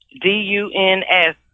D-U-N-S